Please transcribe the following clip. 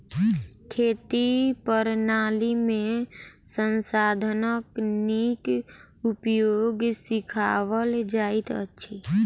खेती प्रणाली में संसाधनक नीक उपयोग सिखाओल जाइत अछि